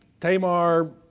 Tamar